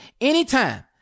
anytime